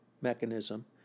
mechanism